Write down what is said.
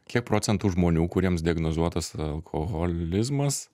kiek procentų žmonių kuriems diagnozuotas alkoholizmas